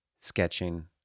sketching